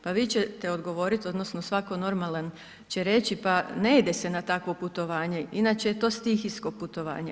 Pa vi ćete odgovorit odnosno svatko normalan će reći pa ne ide se na takvo putovanje inače je to stihijsko putovanje.